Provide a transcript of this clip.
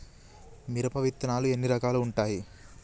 మిరప విత్తనాలు ఎన్ని రకాలు ఉంటాయి?